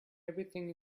everything